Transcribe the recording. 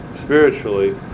spiritually